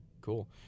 cool